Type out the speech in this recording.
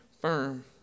firm